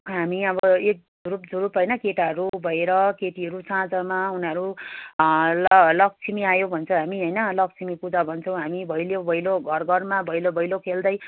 हामी अब एक झुरुप झुरुप होइन केटाहरू भएर केटीहरू साँझमा उनीहरू ल लक्ष्मी आयो भन्छ हामी होइन लक्ष्मी पूजा भन्छौँ हामी भैलो भैलो घर घरमा भैलो भैलो खेल्दै